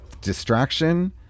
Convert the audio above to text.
distraction